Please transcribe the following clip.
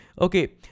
okay